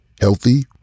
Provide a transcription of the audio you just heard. healthy